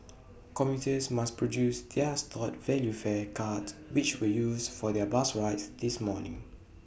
commuters must produce their stored value fare cards which were used for their bus rides this morning